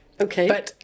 Okay